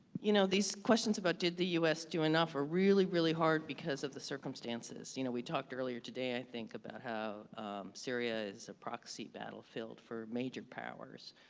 you know, these questions about did the u s. do enough are really, really hard because of the circumstances. you know we talked earlier today i think about how syria is a proxy battlefield for major powers,